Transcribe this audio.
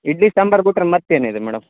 ಇಡ್ಲಿ ಸಾಂಬಾರು ಬುಟ್ರೆ ಮತ್ತೇನಿದೆ ಮೇಡಮ್